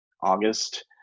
August